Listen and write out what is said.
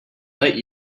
let